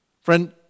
Friend